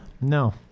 no